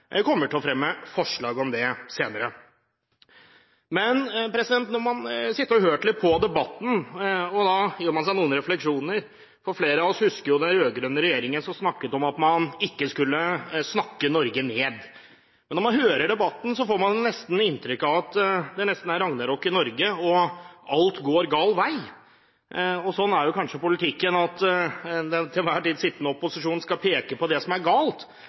kommer til å fremme forslag om dette. Når man sitter og hører på debatten, gjør man seg noen refleksjoner. Flere av oss husker den rød-grønne regjeringen snakket om at man ikke skulle snakke Norge ned. Men når man hører debatten, får man inntrykk av at det nesten er et ragnarok i Norge, og at alt går gal vei. Politikken er kanskje sånn at opposisjonen til enhver tid skal peke på som er galt.